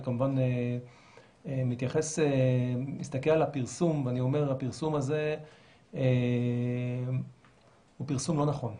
אני כמובן מסתכל על הפרסום ואני אומר שהפרסום הזה הוא פרסום לא נכון,